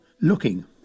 looking